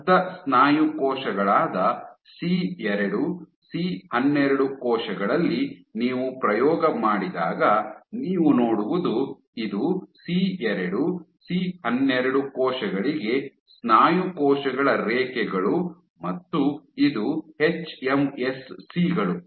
ಬದ್ಧ ಸ್ನಾಯು ಕೋಶಗಳಾದ ಸಿ2 ಸಿ12 ಕೋಶಗಳಲ್ಲಿ ನೀವು ಪ್ರಯೋಗ ಮಾಡಿದಾಗ ನೀವು ನೋಡುವುದು ಇದು ಸಿ2 ಸಿ12 ಕೋಶಗಳಿಗೆ ಸ್ನಾಯು ಕೋಶಗಳ ರೇಖೆಗಳು ಮತ್ತು ಇದು ಎಚ್ಎಂಎಸ್ಸಿ ಗಳು